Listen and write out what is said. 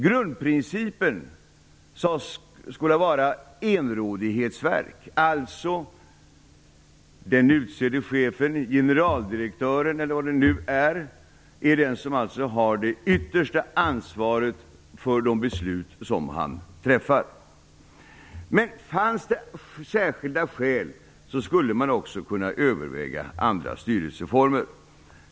Grundprincipen sades skola vara enrådighetsverk, dvs. att den utsedde chefen - generaldirektören eller vem det nu är - har det yttersta ansvaret för de beslut som han fattar. Om det fanns särskilda skäl skulle man också kunna överväga andra styrelseformer.